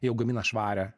jau gamina švarią